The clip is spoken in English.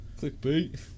clickbait